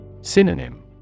Synonym